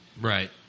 Right